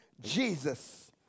Jesus